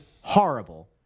horrible